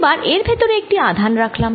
এবার এর ভেতরে একটি আধান রাখলাম